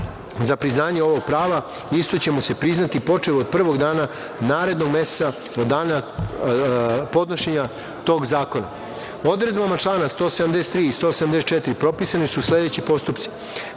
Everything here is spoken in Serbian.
za priznanje ovog prava isto će mu se priznati počev od prvog dana narednog meseca, od dana podnošenja tog zakona. Odredbama člana 173. i 174. propisani su sledeći postupci